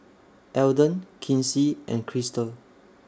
Alden Kinsey and Krystle